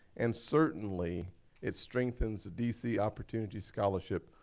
and certainly it strengthens the d c. opportunity scholarship,